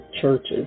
churches